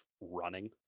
running